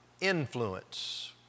influence